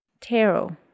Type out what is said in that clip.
Tarot